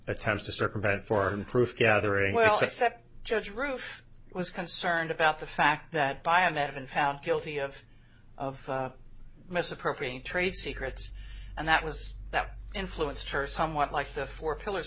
attempts to circumvent form proof gathering well except judge roof was concerned about the fact that biomed been found guilty of of misappropriating trade secrets and that was that influenced her somewhat like the four pillars